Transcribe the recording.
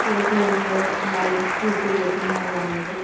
twelfth കഴിയുമ്പോഴെ എല്ലാവരും P S C കോച്ചിങ്ങിനാണ് പോവുന്നത്